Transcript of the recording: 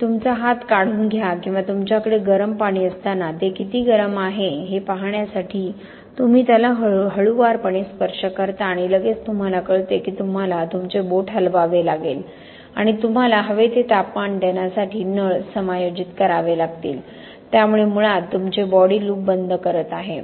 तुमचा हात काढून घ्या किंवा तुमच्याकडे गरम पाणी असताना ते किती गरम आहे हे पाहण्यासाठी तुम्ही त्याला हळूवारपणे स्पर्श करता आणि लगेच तुम्हाला कळते की तुम्हाला तुमचे बोट हलवावे लागेल आणि तुम्हाला हवे ते तापमान देण्यासाठी नळ समायोजित करावे लागतील त्यामुळे मुळात तुमचे बॉडी लूप बंद करत आहे